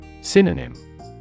Synonym